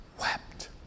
wept